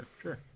Sure